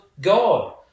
God